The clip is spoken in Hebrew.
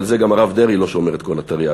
אבל גם הרב דרעי לא שומר את כל התרי"ג.